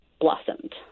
blossomed